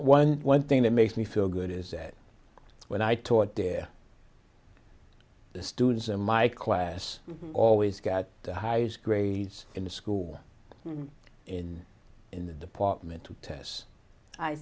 one one thing that makes me feel good is that when i taught there the students in my class always got the highest grades in the school and in in the department of tests i